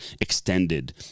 extended